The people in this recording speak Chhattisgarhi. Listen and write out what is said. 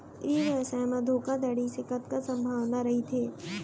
ई व्यवसाय म धोका धड़ी के कतका संभावना रहिथे?